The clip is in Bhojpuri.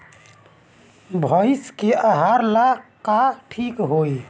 भइस के आहार ला का ठिक होई?